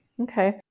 Okay